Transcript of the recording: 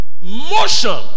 motion